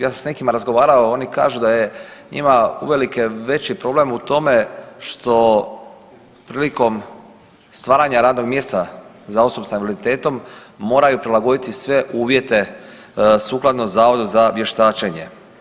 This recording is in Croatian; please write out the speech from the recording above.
Ja sam sa nekima razgovarao, oni kažu da je njima uvelike veći problem u tome što prilikom stvaranja radnog mjesta za osobu sa invaliditetom moraju prilagoditi sve uvjete sukladno Zavodu za vještačenje.